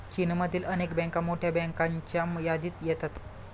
चीनमधील अनेक बँका मोठ्या बँकांच्या यादीत येतात